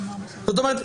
זאת אומרת,